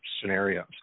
scenarios